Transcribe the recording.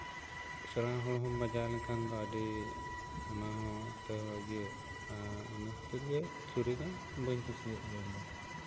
ᱥᱟᱱᱟᱢ ᱦᱚᱲᱦᱚᱸ ᱵᱟᱡᱟᱣ ᱞᱮᱱᱠᱷᱟᱱ ᱫᱚ ᱟᱹᱰᱤ ᱚᱱᱟᱦᱚᱸ ᱤᱭᱟᱹ ᱤᱱᱟᱹ ᱠᱷᱟᱹᱛᱤᱨ ᱜᱮ ᱪᱷᱩᱨᱤ ᱫᱚ ᱵᱟᱹᱧ ᱠᱩᱥᱤᱭᱟᱜ ᱜᱮᱭᱟ ᱤᱧ ᱫᱚ